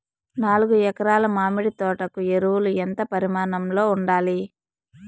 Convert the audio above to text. నాలుగు ఎకరా ల మామిడి తోట కు ఎరువులు ఎంత పరిమాణం లో ఉండాలి?